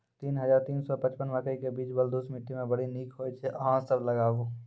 तीन हज़ार तीन सौ पचपन मकई के बीज बलधुस मिट्टी मे बड़ी निक होई छै अहाँ सब लगाबु?